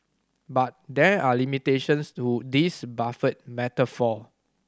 but there are limitations to this buffet metaphor